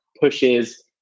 pushes